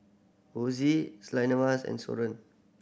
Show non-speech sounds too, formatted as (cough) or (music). Ozie (unintelligible) and Soren